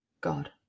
God